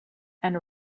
and